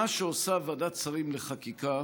מה שעושה ועדת שרים לחקיקה,